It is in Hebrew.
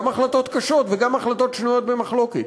גם החלטות קשות וגם החלטות שנויות במחלוקת,